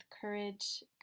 courage